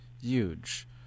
huge